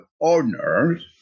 owners